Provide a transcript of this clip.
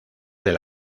del